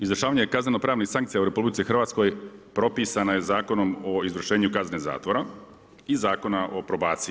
Izvršavanje kaznenopravnih sankcija u RH propisana je Zakonom o izvršenju kazne zatvora i Zakona o probaciji.